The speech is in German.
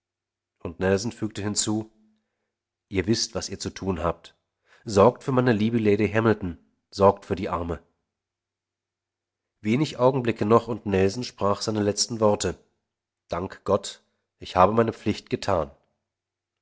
und nelson fügte hinzu ihr wißt was ihr zu tun habt sorgt für meine liebe lady hamilton sorgt für die arme wenig augenblicke noch und nelson sprach seine letzten worte dank gott ich habe meine pflicht getan